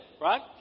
right